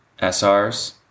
SRs